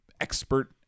expert